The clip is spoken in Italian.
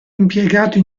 impiegato